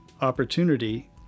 opportunity